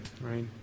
right